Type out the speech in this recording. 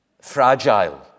fragile